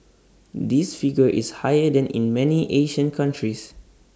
this figure is higher than in many Asian countries